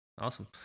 Awesome